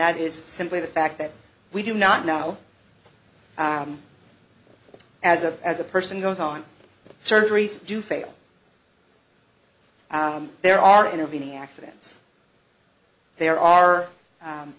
that is simply the fact that we do not know as a as a person goes on surgeries do fail there are intervening accidents there are